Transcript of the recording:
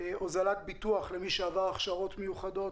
הוזלת ביטוח למי שעבר הכשרות מיוחדות,